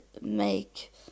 make